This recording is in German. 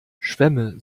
schwämme